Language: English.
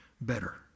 better